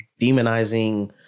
demonizing